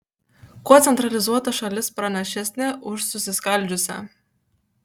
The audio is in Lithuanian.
kuo centralizuota šalis pranašesnė už susiskaldžiusią